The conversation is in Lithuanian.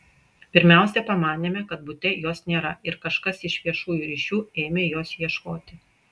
pirmiausia pamanėme kad bute jos nėra ir kažkas iš viešųjų ryšių ėmė jos ieškoti